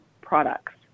products